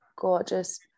gorgeous